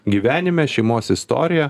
gyvenime šeimos istorija